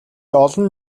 олон